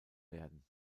werden